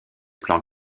plan